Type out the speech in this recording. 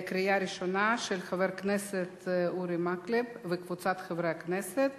של חבר הכנסת אורי מקלב וקבוצת חברי הכנסת,